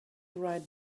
write